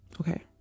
Okay